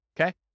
Okay